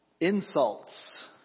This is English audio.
Insults